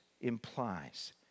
implies